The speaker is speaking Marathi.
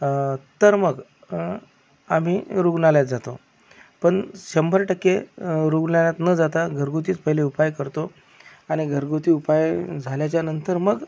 तर मग आम्ही रुग्णालयात जातो पण शंभर टक्के रुग्णालयात न जाता घरगुतीच पहिले उपाय करतो आणि घरगुती उपाय झाल्याच्यानंतर मग